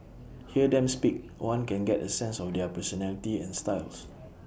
hear them speak one can get A sense of their personality and styles